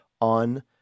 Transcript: on